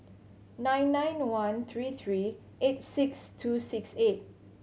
nine nine one three three eight six two six eight